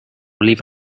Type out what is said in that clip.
leave